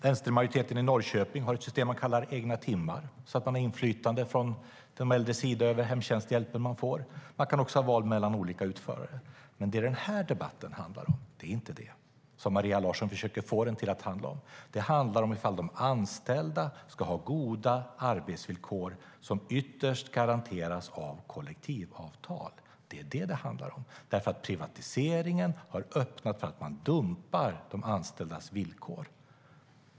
Vänstermajoriteten i Norrköping har ett system som man kallar egna timmar. Det innebär att de äldre har inflytande över hemtjänsthjälpen de får och kan också välja mellan olika utförare. Det är det här debatten handlar om, inte det som Maria Larsson försöker få den till att handla om. Den handlar om ifall de anställda ska ha goda arbetsvillkor som ytterst garanteras av kollektivavtal, eftersom privatiseringen har öppnat för att man dumpar de anställdas villkor.